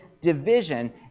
division